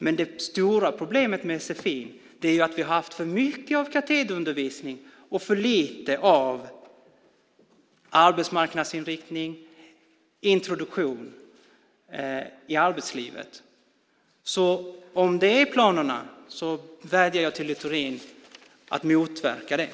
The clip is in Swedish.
Men det stora problemet med sfi är att vi har haft för mycket av katederundervisning och för lite av arbetsmarknadsinriktning och introduktion i arbetslivet. Om detta är planerna vädjar jag till Littorin att motverka dem.